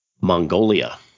Mongolia